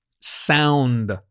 sound